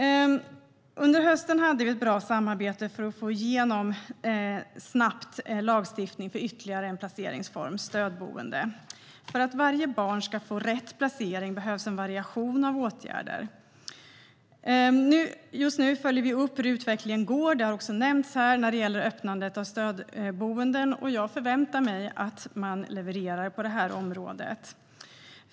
Under hösten hade vi ett bra samarbete för att snabbt få igenom en lagstiftning för ytterligare en placeringsform: stödboende. För att varje barn ska få rätt placering behövs en variation av åtgärder. Just nu följer vi upp hur utvecklingen går, vilket också har nämnts här, när det gäller öppnandet av stödboenden. Jag förväntar mig att man levererar på det här området.